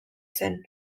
zen